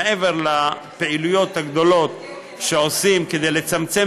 מעבר לפעילויות הגדולות שעושים כדי לצמצם